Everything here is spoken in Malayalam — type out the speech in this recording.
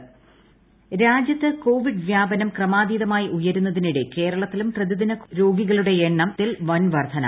കോവിഡ് സംസ്ഥാനം രാജ്യത്ത് കോവിഡ് വ്യാപനം ക്രമാതീതമായി ഉയരുന്നതിനിടെ കേരളത്തിലും പ്രതിദിന രോഗികളുടെ എണ്ണത്തിൽ വൻ വർദ്ധന